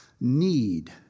need